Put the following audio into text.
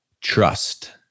trust